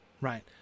right